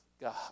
God